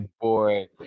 boy